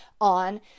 on